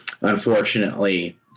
unfortunately